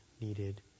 needed